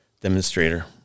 demonstrator